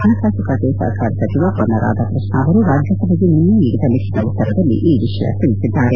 ಪಣಕಾಸು ಖಾತೆ ಸಪಕಾರ ಸಚಿವ ಮೊನ್ನ್ ರಾಧಾಕೃಷ್ಣನ್ ಅವರು ರಾಜ್ಯಸಭೆಗೆ ನಿನ್ನೆ ನೀಡಿದ ಲಿಖಿತ ಉತ್ತರದಲ್ಲಿ ಈ ವಿಷಯ ತಿಳಿಸಿದ್ದಾರೆ